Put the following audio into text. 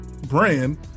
brand